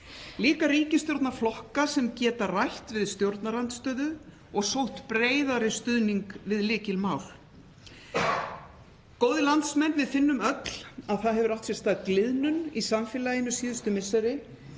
Líka ríkisstjórnarflokka sem geta rætt við stjórnarandstöðu og sótt breiðari stuðning við lykilmál. Góðir landsmenn. Við finnum öll að það hefur átt sér stað gliðnun í samfélaginu síðustu misseri.